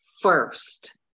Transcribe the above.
first